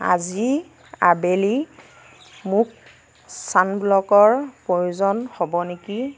আজি আবেলি মোক ছানব্লকৰ প্ৰয়োজন হ'ব নেকি